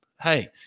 hey